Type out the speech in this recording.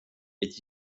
est